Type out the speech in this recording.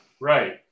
right